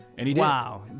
Wow